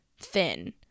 thin